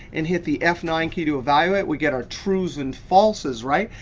and hit the f nine key to evaluate, we get our trues and falses, right.